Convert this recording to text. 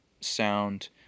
sound